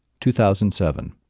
2007